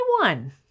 one